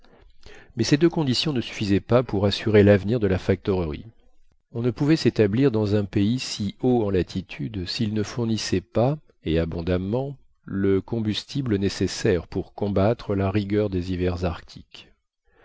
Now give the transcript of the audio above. mais ces deux conditions ne suffisaient pas pour assurer l'avenir de la factorerie on ne pouvait s'établir dans un pays si haut en latitude s'il ne fournissait pas et abondamment le combustible nécessaire pour combattre la rigueur des hivers arctiques